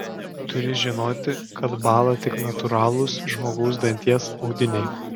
turi žinoti kad bąla tik natūralūs žmogaus danties audiniai